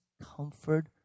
comfort